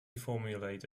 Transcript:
formulate